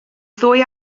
ddwy